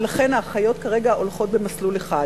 ולכן האחיות כרגע הולכות במסלול אחד.